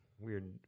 Weird